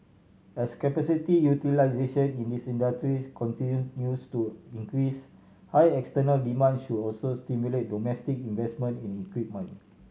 as capacity utilisation in industries continues to increase high external demand should also stimulate domestic investment in equipment